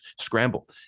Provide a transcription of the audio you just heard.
scramble